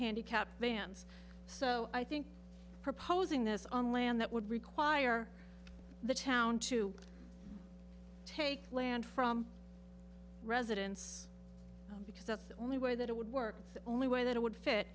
handicapped vans so i think proposing this on land that would require the town to take land from residence because that's the only way that it would work the only way that it would fit